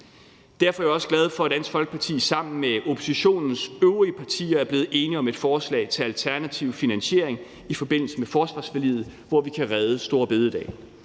Derfor er jeg også glad for, at Dansk Folkeparti sammen med oppositionens øvrige partier er blevet enige om et forslag til alternativ finansiering i forbindelse med forsvarsforliget, hvor vi kan redde store bededag.